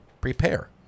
prepare